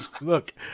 Look